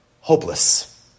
hopeless